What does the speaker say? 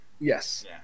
Yes